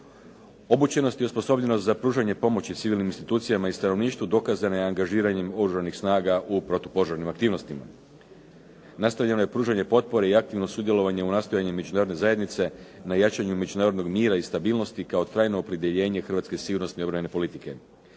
Obučenost i osposobljenost za pružanje pomoći civilnim institucijama i stanovništvu dokazana je angažiranjem oružanih snaga u protupožarnim aktivnostima. Nastavljeno je pružanje potpore i aktivno sudjelovanje u nastojanju Međunarodne zajednica na jačanju međunarodnog mira i stabilnosti kao trajno opredjeljenje hrvatske sigurnosne obrambene politike.